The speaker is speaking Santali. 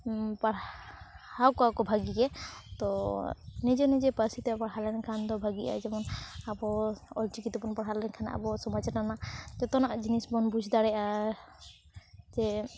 ᱯᱟᱲᱦᱟᱣ ᱠᱚᱣᱟ ᱠᱚ ᱵᱷᱟᱜᱤ ᱜᱮ ᱛᱚ ᱱᱤᱡᱮ ᱱᱤᱡᱮ ᱯᱟᱨᱥᱤ ᱛᱮ ᱯᱟᱲᱦᱟ ᱞᱮᱱᱠᱷᱟᱱ ᱫᱚ ᱵᱷᱟᱜᱤᱜ ᱜᱮᱭᱟ ᱡᱮᱢᱚᱱ ᱟᱵᱚ ᱚᱞ ᱪᱤᱠᱤ ᱛᱮᱵᱚᱱ ᱯᱟᱲᱦᱟ ᱞᱮᱱᱠᱷᱟᱱ ᱟᱵᱚᱣᱟᱜ ᱥᱚᱢᱟᱡ ᱨᱮᱱᱟᱜ ᱡᱚᱛᱚᱱᱟᱜ ᱡᱤᱱᱤᱥ ᱵᱚᱱ ᱵᱩᱡ ᱫᱟᱲᱮᱭᱟᱜᱼᱟ ᱡᱮ